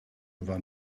war